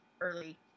early